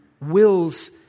wills